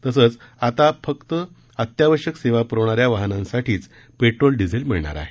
तसंच आता फक्त आता फक्त अत्यावश्यक सेवा प्रवणाऱ्या वाहनांसाठीच पेट्रोल डिझेल मिळणार आहे